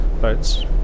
boats